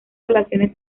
relaciones